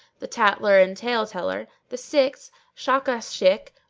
the tattler and tale teller the sixth shakashik,